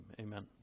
Amen